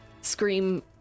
scream